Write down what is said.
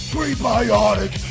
Prebiotic